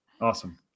Awesome